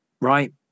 Right